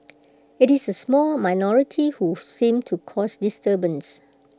IT is A small minority who seem to cause disturbance